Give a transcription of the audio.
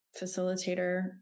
facilitator